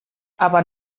aber